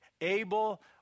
Abel